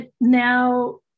now